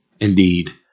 Indeed